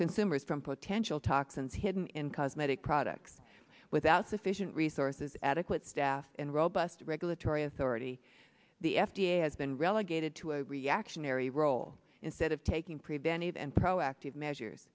consumers from potential toxins hidden in cosmetic products without sufficient resources adequate staff and robust regulatory authority the f d a has been relegated to a reactionary role instead of taking preventive and proactive measures